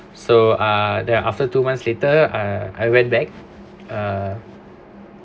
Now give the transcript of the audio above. so uh then after two months later uh I went back uh